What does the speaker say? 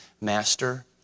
master